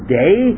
day